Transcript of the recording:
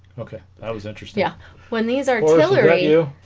okay i was interested yeah when these artillery you